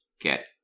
get